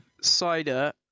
Cider